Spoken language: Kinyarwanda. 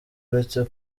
uretse